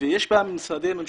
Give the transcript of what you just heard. ויש בה משרדי ממשלה.